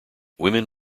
women